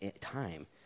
time